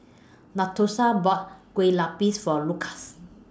Natosha bought Kue Lupis For Lukas